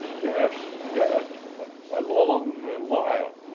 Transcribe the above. yes dead a long while.